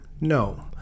No